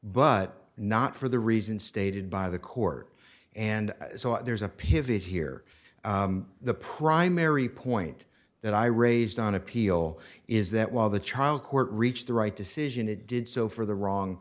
but not for the reason stated by the court and so there's a pivot here the primary point that i raised on appeal is that while the child court reached the right decision it did so for the wrong